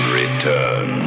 return